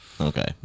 Okay